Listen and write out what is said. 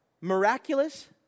miraculous